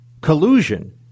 collusion